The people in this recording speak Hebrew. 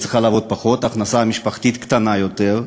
היא צריכה לעבוד פחות, ההכנסה המשפחתית קטנה יותר,